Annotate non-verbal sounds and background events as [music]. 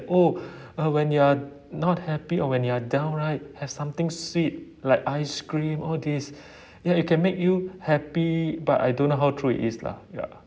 oh [breath] uh when you're not happy or when you are down right have something sweet like ice cream all this [breath] ya it make you happy but I don't know how true it is lah ya